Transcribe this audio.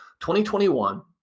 2021